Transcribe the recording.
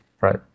Right